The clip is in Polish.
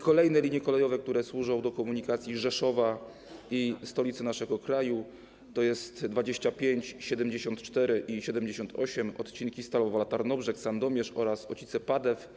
Kolejne linie kolejowe, które służą do komunikacji Rzeszowa i stolicy naszego kraju, tj. 25, 74 i 78, odcinki Stalowa Wola - Tarnobrzeg - Sandomierz - Ocice - Padew.